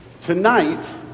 Tonight